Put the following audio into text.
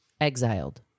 Exiled